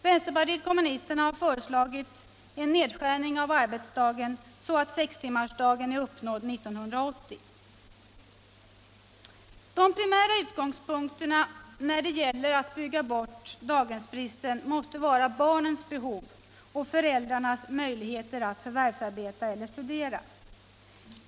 Vänsterpartiet kommunisterna har föreslagit en nedskärning av arbetsdagen så att sex timmars arbetsdag är uppnådd 1980. De primära utgångspunkterna när det gäller att bygga bort daghemsbristen måste vara barnens behov och föräldrarnas möjligheter att förvärvsarbeta eller studera.